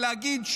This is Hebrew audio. ולהגיד,